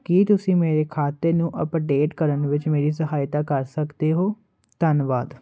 ਕੀ ਤੁਸੀਂ ਮੇਰੇ ਖਾਤੇ ਨੂੰ ਅਪਡੇਟ ਕਰਨ ਵਿੱਚ ਮੇਰੀ ਸਹਾਇਤਾ ਕਰ ਸਕਦੇ ਹੋ ਧੰਨਵਾਦ